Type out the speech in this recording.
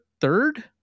third